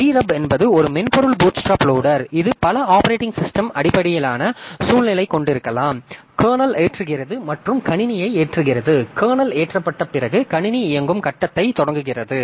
GRUB என்பது ஒரு மென்பொருள் பூட்ஸ்ட்ராப் லோடர் இது பல ஆப்பரேட்டிங் சிஸ்டம் அடிப்படையிலான சூழ்நிலையைக் கொண்டிருக்கலாம் கர்னல் ஏற்றுகிறது மற்றும் கணினியை ஏற்றுகிறது கர்னல் ஏற்றப்பட்ட பிறகு கணினி இயங்கும் கட்டத்தைத் தொடங்குகிறது